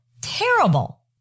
terrible